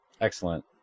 Excellent